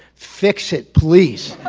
fix it please.